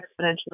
exponentially